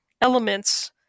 elements